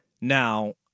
now